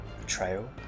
Betrayal